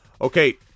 Okay